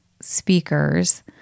speakers